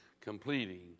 completing